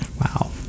Wow